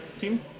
team